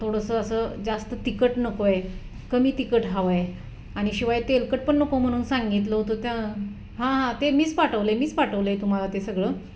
थोडंसं असं जास्त तिखट नको आहे कमी तिखट हवं आहे आणि शिवाय तेलकट पण नको म्हणून सांगितलं होतं त्या हां हां ते मीच पाठवलं आहे मीच पाठवलं आहे तुम्हाला ते सगळं